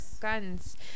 Guns